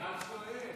אני רק שואל.